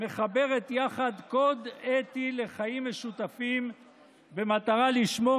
חיברה יחד קוד אתי לחיים משותפים במטרה לשמור